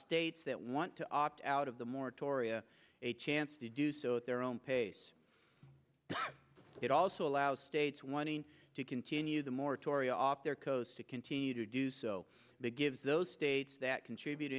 states that want to opt out of the moratoria a chance to do so at their own pace it also allows states wanting to continue the moratorium off their coast to continue to do so that gives those states that contribute